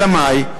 אלא מאי?